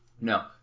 No